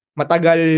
matagal